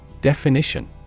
definition